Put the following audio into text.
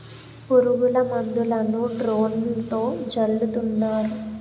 పురుగుల మందులను డ్రోన్లతో జల్లుతున్నారు